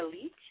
elite